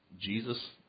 Jesus